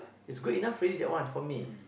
it's good enough already that one for me